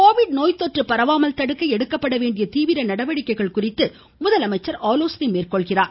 Covid நோய்த்தொற்று பரவாமல் தடுக்க எடுக்கப்பட வேண்டிய தீவிர நடவடிக்கைகள் குறித்து முதலமைச்சர் ஆலோசனை மேற்கொள்கிறார்